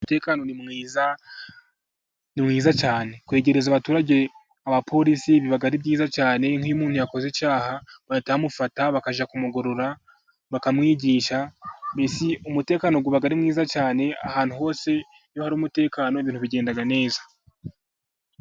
Umutekano ni mwiza cyane, kwegereza abaturage Abapolisi biba ari byiza cyane, nk'iyo umuntu yakoze icyaha bahita bamufata bakajya kumugorora, bakamwigisha mbesi umutekano uba ari mwiza cyane, ahantu hose iyo hari umutekano ibintu bigenda neza.